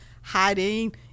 hiding